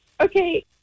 Okay